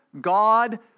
God